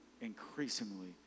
increasingly